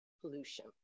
pollution